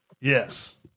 Yes